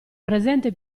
presente